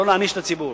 לא להעניש את הציבור.